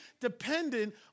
dependent